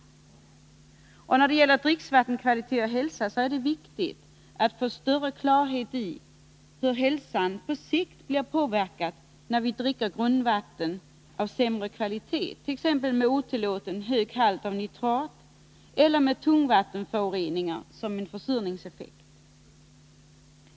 När det gäller sambandet mellan dricksvattnets kvalitet och vår hälsa är det viktigt att få större klarhet i hur hälsan på sikt påverkas när vi dricker grundvatten av sämre kvalitet, t.ex. med otillåtet hög halt av nitrat eller med tungmetallföroreningar som har försurningseffekt.